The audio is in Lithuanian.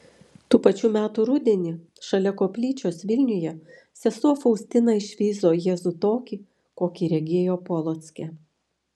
tų pačių metų rudenį šalia koplyčios vilniuje sesuo faustina išvydo jėzų tokį kokį regėjo polocke